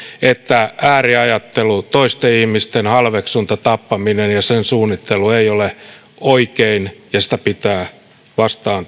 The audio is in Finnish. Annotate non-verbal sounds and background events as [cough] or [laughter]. että ääriajattelu toisten ihmisten halveksunta tappaminen ja sen suunnittelu ei ole oikein ja sitä vastaan [unintelligible]